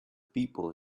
people